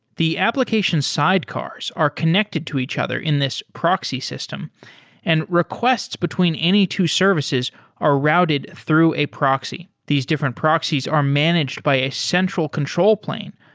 the application side cars are connected to each other in this proxy system and requests between any two services are routed through a proxy. these different proxies are managed by central control plane,